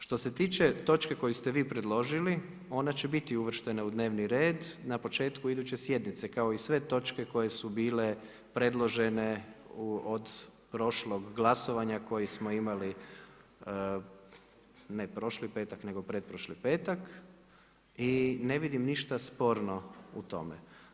Što se tiče točke koju ste vi predložili, ona će biti uvrštena u dnevni red, na početku iduće sjednice, kao i sve točke koje su bile predložene od prošlog glasovanja koju smo imali, ne prošli petak, nego pretprošli petak i ne vidim ništa sporno u tome.